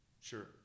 sure